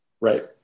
Right